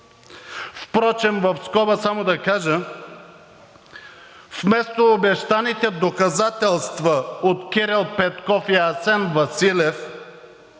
Впрочем, в скоба само да кажа, вместо обещаните доказателства от Кирил Петков и Асен Василев